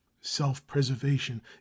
Self-preservation